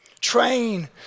Train